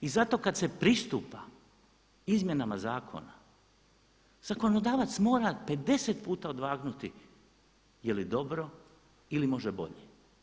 I zato kad se pristupa izmjenama zakona zakonodavac mora 50 puta odvagnuti je li dobro ili može bolje.